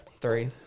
Three